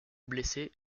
blessé